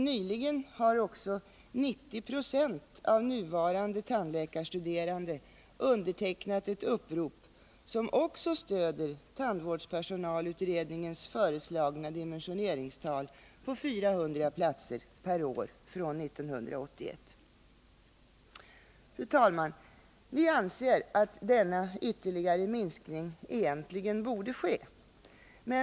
Nyligen har också 90 70 av nuvarande tandläkarstuderande undertecknat ett upprop som också stöder tandvårdspersonalutredningens föreslagna dimensioneringstal på 400 platser per år från 1981. Fru talman! Vi anser att denna ytterligare minskning egentligen borde ske.